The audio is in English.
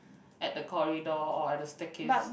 at the corridor or at the staircase